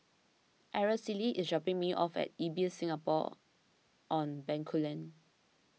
Araceli is dropping me off at Ibis Singapore on Bencoolen